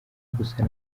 gusa